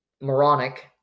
moronic